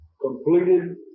completed